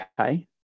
Okay